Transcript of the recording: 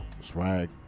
swag